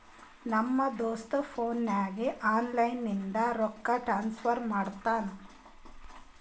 ನಮ್ ದೋಸ್ತ ಫೋನ್ ನಾಗೆ ಆನ್ಲೈನ್ ಲಿಂತ ರೊಕ್ಕಾ ಟ್ರಾನ್ಸಫರ್ ಮಾಡ್ತಾನ